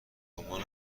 عنوان